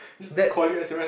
that's